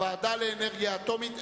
הוועדה לאנרגיה אטומית,